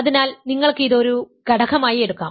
അതിനാൽ നിങ്ങൾക്ക് ഇത് ഒരു ഘടകമായി എടുക്കാം